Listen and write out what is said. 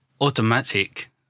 automatic